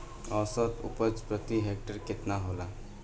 औसत उपज प्रति हेक्टेयर केतना होला?